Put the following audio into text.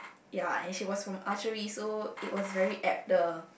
ya and she was from archery so it was very apt the